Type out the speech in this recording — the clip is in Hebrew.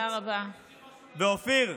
ואופיר,